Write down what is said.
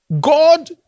God